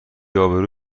ابرو